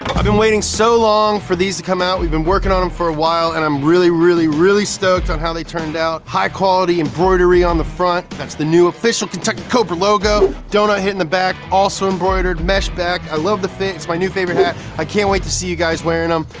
i've been waiting so long for these to come out. we've been working on them for a while and i'm really really, really stoked on how they turned out. high quality embroidery on the front. that's the new official kentucky cobra logo. donut hit in the back, also embroidered. mesh back, i love the fit. it's my new favorite hat. i can't wait to see you guys wearing em.